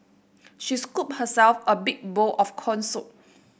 she scooped herself a big bowl of corn soup